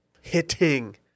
hitting